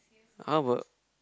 how ~bout